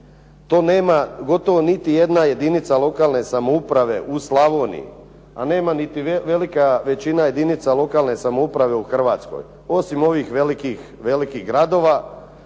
To nema gotovo niti jedna jedinica lokalne samouprave u Slavoniji a nema niti velika većina jedinica lokalne samouprave u Hrvatskoj osim ovih velikih gradova